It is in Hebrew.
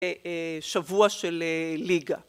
שבוע של ליגה.